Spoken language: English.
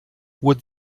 would